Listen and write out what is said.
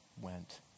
went